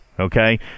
Okay